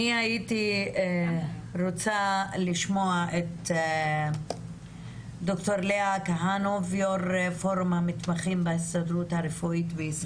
אני רוצה לחדד את מה שנאמר כרגע לאור השאלות של היו"ר.